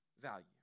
value